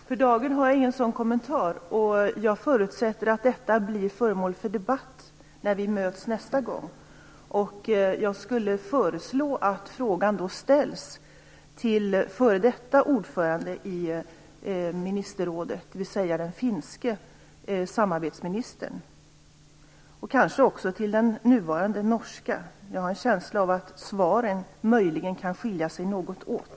Herr talman! För dagen har jag ingen sådan kommentar. Jag förutsätter att detta blir föremål för debatt när vi möts nästa gång. Jag skulle föreslå att frågan då ställs till f.d. ordförande i ministerrådet, dvs. den finske samarbetsministern, och kanske också till den nuvarande norska. Jag har en känsla att svaren möjligen kan skilja sig något åt.